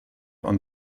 und